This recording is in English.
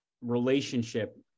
relationship